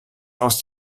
aus